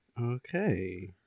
Okay